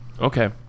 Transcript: Okay